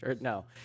No